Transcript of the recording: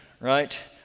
right